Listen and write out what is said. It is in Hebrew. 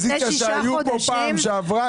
אני אומר שאני מסכים איתך שהסיפור שהבאת הוא סיפור כואב.